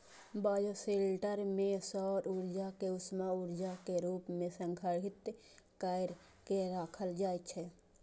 bioshelter मे सौर ऊर्जा कें उष्मा ऊर्जा के रूप मे संग्रहीत कैर के राखल जाइ छै